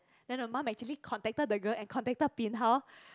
then the mum actually contacted the girl and contacted bin hao